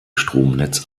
stromnetz